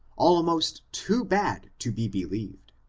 almost too bad to be believed.